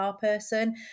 person